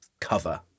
cover